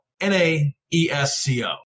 N-A-E-S-C-O